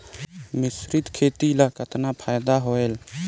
मिश्रीत खेती ल कतना फायदा होयल?